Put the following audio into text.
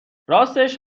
راستش